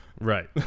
Right